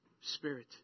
spirit